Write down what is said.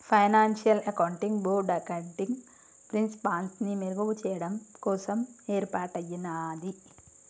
financial accounting board accounting ప్రిన్సిపల్స్ని మెరుగుచెయ్యడం కోసం యేర్పాటయ్యినాది